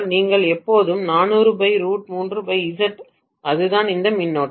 நீங்கள் எப்போதும் அதுதான் அந்த மின்னோட்டம்